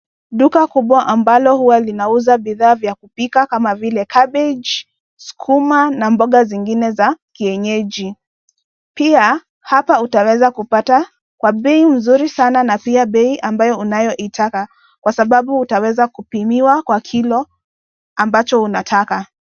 Duka kubwa ambalo huwa linauza vifaa vya kupikia kama cabbage[cs ], sukuma na mboga zingine za kienyeji. Pia hapa utaweza kupata kwa bei nzuri sana na pia bei ambayo unayoitaka kwa sababu utaweza kupimia kwa kilo ambacho unataka.